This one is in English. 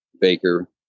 Baker